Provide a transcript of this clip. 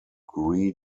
green